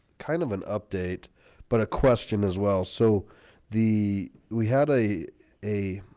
kind of an update but a question as well. so the we had a a